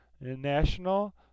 National